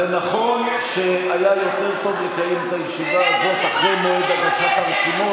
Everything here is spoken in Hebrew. זה נכון שהיה יותר טוב לקיים את הישיבה הזאת אחרי מועד הגשת הרשימות.